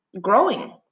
growing